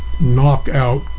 knockout